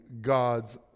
God's